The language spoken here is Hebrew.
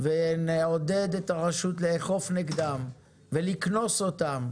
ונעודד את הרשות לאכוף נגדם ולקנוס אותם.